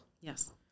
Yes